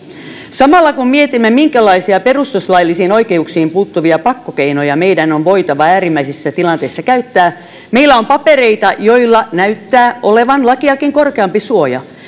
samalla kun mietimme minkälaisia perustuslaillisiin oikeuksiin puuttuvia pakkokeinoja meidän on voitava äärimmäisissä tilanteissa käyttää meillä on papereita joilla näyttää olevan lakiakin korkeampi suoja